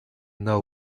know